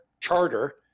charter